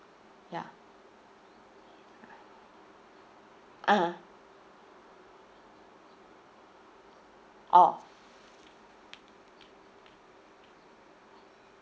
ya ah orh